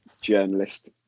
journalist